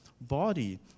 body